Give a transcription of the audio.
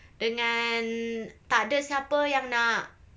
dengan tak ada siapa yang nak